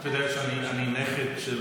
אתה יודע שאני נכד של